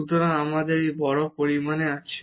সুতরাং আমাদের এটি বড় পরিমাণে আছে